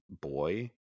boy